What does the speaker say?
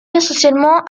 essentiellement